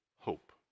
hope